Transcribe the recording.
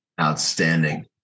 Outstanding